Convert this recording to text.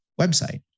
website